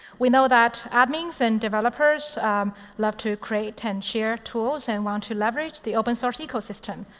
we know that admins and developers love to create and share tools and want to leverage the open source ecosystem.